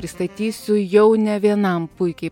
pristatysiu jau ne vienam puikiai